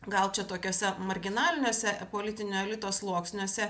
gal čia tokiuose marginaliniuose politinio elito sluoksniuose